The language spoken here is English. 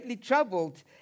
troubled